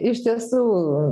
iš tiesų